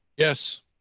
yes,